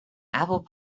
apple